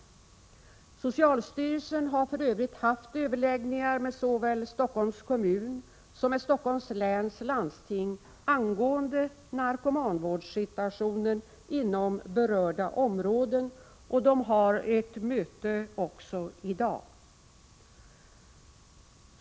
Socialstyrelsen har för övrigt haft överläggningar såväl med Stockholms kommun som med Stockholms läns landsting angående narkomanvårdssituationen inom berörda områden, och de har ett möte också i dag.